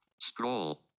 scroll